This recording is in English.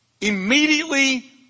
immediately